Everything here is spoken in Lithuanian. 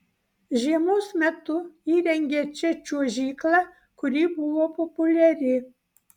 žiemos metu įrengė čia čiuožyklą kuri buvo populiari